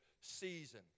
season